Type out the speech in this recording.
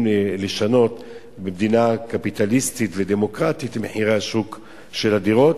לשנות במדינה קפיטליסטית ודמוקרטית את מחירי השוק של הדירות.